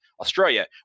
Australia